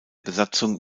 besatzung